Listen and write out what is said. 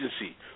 Agency